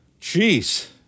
Jeez